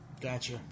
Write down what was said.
Gotcha